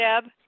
Deb